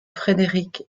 frédéric